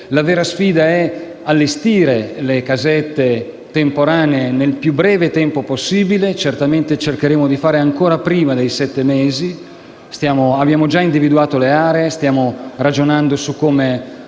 La vera sfida è quella di allestire le casette temporanee nel più breve tempo possibile e certamente cercheremo di fare ancora prima di sette mesi: abbiamo già individuato le aree e stiamo già ragionando su come